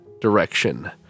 direction